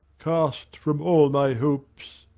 cast from all my hopes